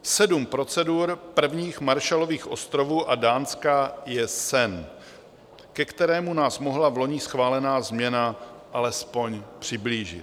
Sedm procedur prvních Marshallových ostrovů a Dánska je sen, ke kterému nás mohla vloni schválená změna alespoň přiblížit.